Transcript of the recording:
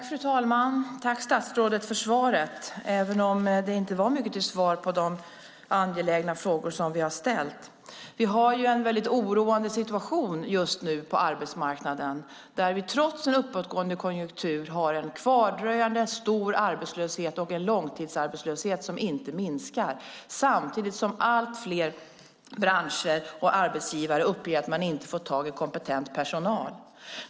Fru talman! Tack, statsrådet, för svaret, även om det inte var mycket till svar på de angelägna frågor som vi har ställt! Vi har just nu en väldigt oroande situation på arbetsmarknaden. Trots en uppåtgående konjunktur har vi en kvardröjande stor arbetslöshet och en långtidsarbetslöshet som inte minskar. Samtidigt uppger allt fler branscher och arbetsgivare att man inte får tag i kompetent personal.